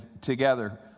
together